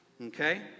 Okay